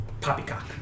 poppycock